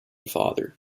father